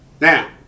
Now